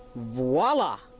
voila.